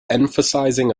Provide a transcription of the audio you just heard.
emphasizing